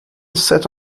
set